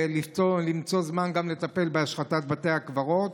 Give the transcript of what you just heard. למצוא זמן לטפל גם בהשחתת בתי הקברות.